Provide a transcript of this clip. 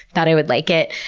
thought i would like it.